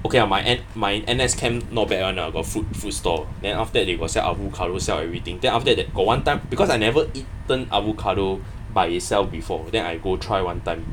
okay (a h) my N my N_S camp not bad [one] ah got food food stall then after that they got sell avocado sell everything then after that got one time because I never eaten avocado by itself before then I go try one time